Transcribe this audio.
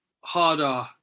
harder